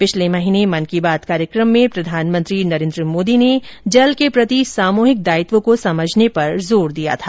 पिछले महीने मन की बात कार्यक्रम में प्रधानमंत्री नरेन्द्र मोदी ने जल के प्रति सामूहिक दायित्व को समझने पर जोर दिया था